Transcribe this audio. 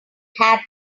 hat